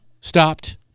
stopped